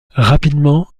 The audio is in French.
rapidement